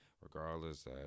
Regardless